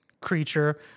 creature